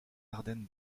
ardennes